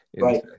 right